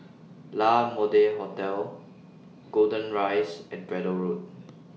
La Mode Hotel Golden Rise and Braddell Road